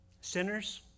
sinners